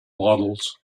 models